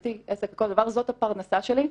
מבחינתי עסק לכל דבר, זאת הפרנסה שלי,